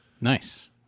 Nice